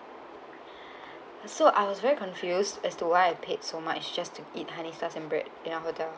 so I was very confused as to why I paid so much just to eat honey stars and bread in a hotel